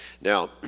Now